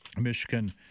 Michigan